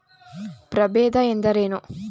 ಪ್ರಭೇದ ಎಂದರೇನು?